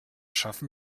schaffen